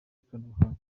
ikoranabuhanga